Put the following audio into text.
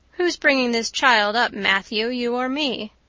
who's bringing this child up, matthew, you or me?